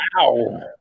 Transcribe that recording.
Wow